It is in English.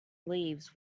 leaves